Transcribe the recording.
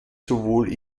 sowohl